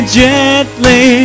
gently